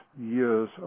years